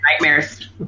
Nightmares